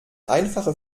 einfache